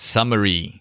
Summary